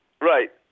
Right